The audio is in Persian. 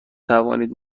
توانید